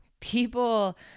people